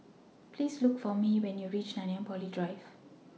Please Look For Mae when YOU REACH Nanyang Poly Drive